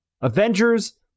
Avengers